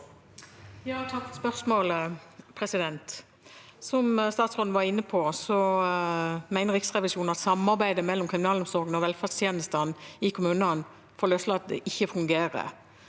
Takk for svaret. Som statsråden var inne på, mener Riksrevisjonen at samarbeidet mellom kriminalomsorgen og velferdstjenestene i kommunene før løslatelse ikke fungerer,